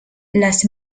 les